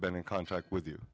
been in contact with you